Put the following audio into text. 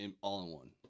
all-in-one